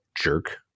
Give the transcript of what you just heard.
jerk